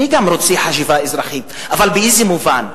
גם אני רוצה חשיבה אזרחית, אבל באיזה מובן?